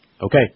Okay